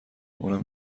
اونم